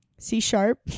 c-sharp